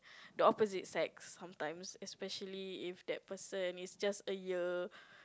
the opposite sex sometimes especially if that person is just a year